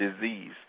disease